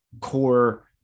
core